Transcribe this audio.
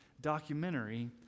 documentary